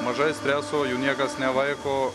mažai streso jų niekas nevaiko